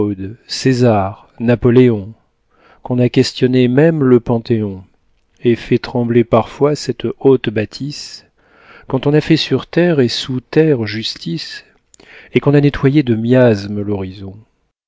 césar napoléon qu'on a questionné même le panthéon et fait trembler parfois cette haute bâtisse quand on a fait sur terre et sous terre justice et qu'on a nettoyé de miasmes l'horizon